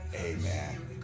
Amen